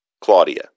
Claudia